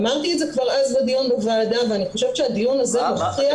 אמרתי את זה כבר אז בדיון בוועדה ואני חושבת שהדיון הזה מוכיח זאת.